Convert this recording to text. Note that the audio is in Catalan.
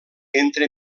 entre